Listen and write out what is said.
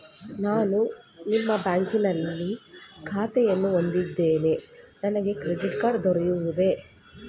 ನಾನು ನಿಮ್ಮ ಬ್ಯಾಂಕಿನಲ್ಲಿ ಖಾತೆಯನ್ನು ಹೊಂದಿದ್ದೇನೆ ನನಗೆ ಕ್ರೆಡಿಟ್ ಕಾರ್ಡ್ ದೊರೆಯುವುದೇ?